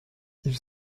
ils